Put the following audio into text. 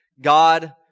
God